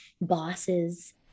bosses